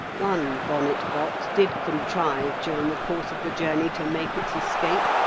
one bonnet-box did contrive during the course of the journey to make its escape,